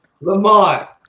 Lamont